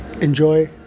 enjoy